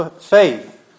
faith